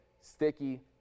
Sticky